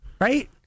right